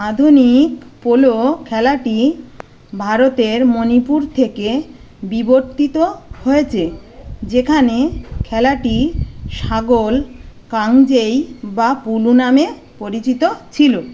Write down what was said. আধুনিক পোলো খেলাটি ভারতের মণিপুর থেকে বিবর্তিত হয়েছে যেখানে খেলাটি সাগোল কাংজেই বা পুলু নামে পরিচিত ছিল